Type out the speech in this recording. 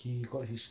he got his